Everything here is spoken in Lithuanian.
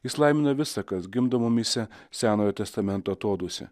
jis laimina visa kas gimdo mumyse senojo testamento atodūsį